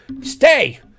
Stay